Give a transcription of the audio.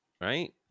Right